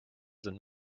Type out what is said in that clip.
sind